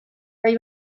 gai